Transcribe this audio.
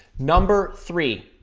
number three.